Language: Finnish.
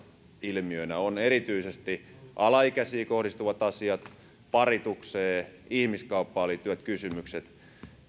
ilmiönä on erityisesti alaikäisiin kohdistuvat asiat sekä paritukseen ja ihmiskauppaan liittyvät kysymykset